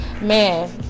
man